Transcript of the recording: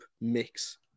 mix